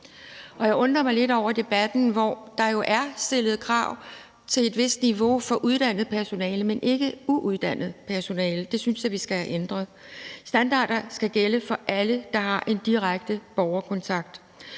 Jeg undrer mig lidt over debatten, for der stilles jo krav til et vist niveau hos uddannet personale, men ikke hos uuddannet personale, og det synes jeg vi skal have ændret. Standarderne skal gælde for alle, der har en direkte borgerkontakt.